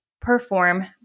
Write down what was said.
perform